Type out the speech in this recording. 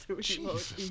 Jesus